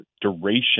duration